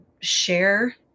share